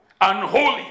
unholy